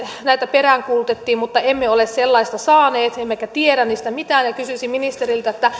peräänkuulutettiin mutta emme ole sellaista saaneet emmekä tiedä siitä mitään kysyisin ministeriltä